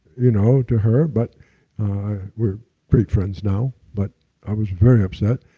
you know to her, but we're great friends now. but i was very upset,